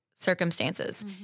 circumstances